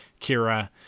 Kira